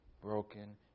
broken